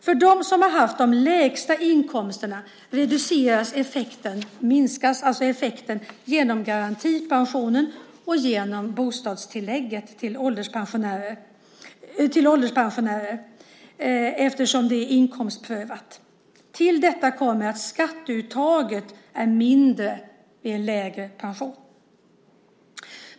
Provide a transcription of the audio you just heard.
För dem som har haft de lägsta inkomsterna reduceras effekten genom garantipensionen och genom att bostadstillägget till ålderspensionärer blir högre, eftersom det är inkomstprövat. Till detta kommer att skatteuttaget är mindre vid en lägre pension.